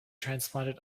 transplanted